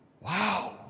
wow